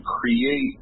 create